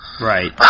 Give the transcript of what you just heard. Right